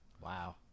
Wow